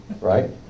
right